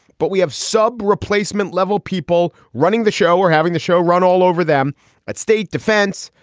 but we have sub replacement level people running the show. we're having the show run all over them at state defense,